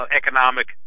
economic